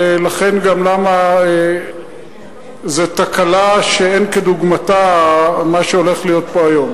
ולכן גם למה זו תקלה שאין כדוגמתה מה שהולך להיות פה היום.